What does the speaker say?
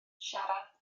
siarad